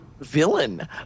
villain